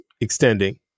extending